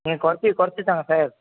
நீங்கள் கொறைச்சி கொறைச்சி தாங்க சார்